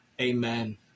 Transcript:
Amen